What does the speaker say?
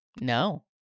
No